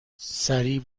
سریع